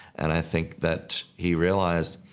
and i think that he realized,